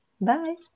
Bye